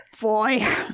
boy